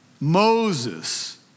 Moses